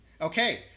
Okay